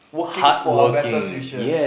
working for a better future